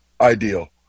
ideal